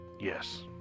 yes